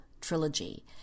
trilogy